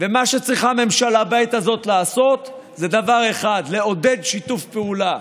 ומה שצריכה ממשלה בעת הזאת לעשות זה דבר אחד: לעודד שיתוף פעולה.